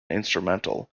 instrumental